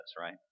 right